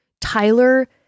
Tyler